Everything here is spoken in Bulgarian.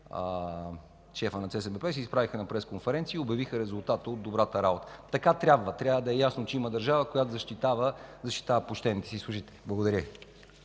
шефът на ЦСМП се изправиха на пресконференция и обявиха резултата от добрата работа. Така трябва – трябва да е ясно, че има държава, която защитава почтените си служители. Благодаря Ви.